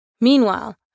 Meanwhile